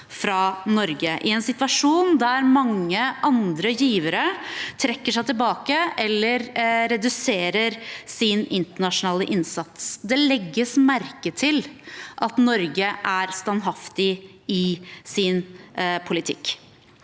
i en situasjon der mange andre givere trekker seg tilbake eller reduserer sin internasjonale innsats. Det legges merke til at Norge er standhaftig i sin politikk.